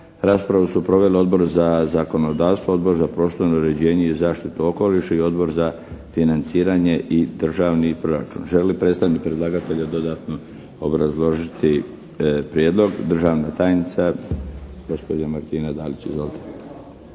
Raspravu su proveli Odbor za zakonodavstvo, Odbor za prostorno uređenje i zaštitu okoliša i Odbor za financiranje i državni proračun. Želi li predstavnik predlagatelja dodatno obrazložiti Prijedlog? Državna tajnica, gospođa Martina Dalić. Izvolite.